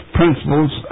principles